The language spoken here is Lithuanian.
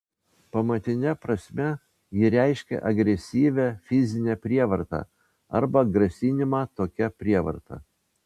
pamatine prasme ji reiškia agresyvią fizinę prievartą arba grasinimą tokia prievarta